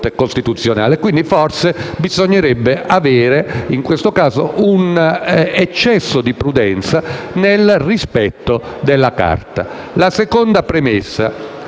La seconda premessa: